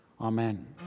Amen